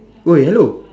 !oi! hello